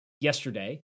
yesterday